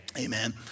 Amen